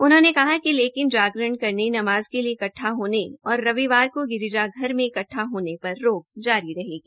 उन्होंने कहा कि लेकिन जागरण करने नमाज के लिए इकट्ठा होने और रविवार को गिरिजा घर में इकट्ठा होने पर रोक जारी रहेगी